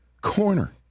corner